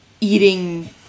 eating